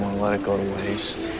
let it go to waste.